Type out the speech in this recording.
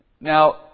Now